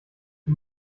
die